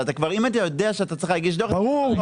אבל אם אתה יודע שאתה צריך דוח --- ברור,